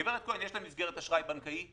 לגברת כהן יש מסגרת אשראי בנקאי,